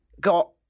got